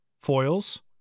foils